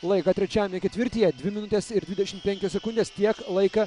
laiką trečiajame ketvirtyje dvi minutės ir dvidešim penkios sekundės tiek laika